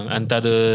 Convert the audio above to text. antara